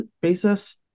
basis